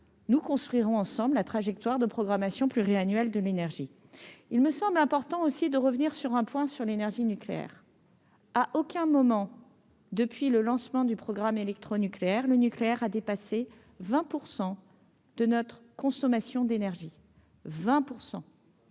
nous construirons ensemble la trajectoire de programmation pluriannuelle de l'énergie, il me semble important aussi de revenir sur un point sur l'énergie nucléaire à aucun moment depuis le lancement du programme électronucléaire, le nucléaire a dépassé 20 % de notre consommation d'énergie 20